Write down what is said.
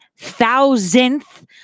thousandth